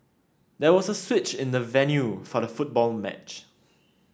there was a switch in the venue for the football match